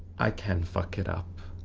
i can fuck it up.